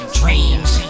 dreams